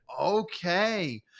Okay